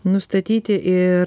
nustatyti ir